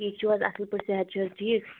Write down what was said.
ٹھیٖک چھِو حظ اَصٕل پٲٹھۍ صحت چھُو حظ ٹھیٖک